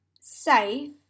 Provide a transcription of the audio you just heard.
safe